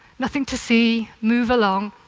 nothing to see, move along.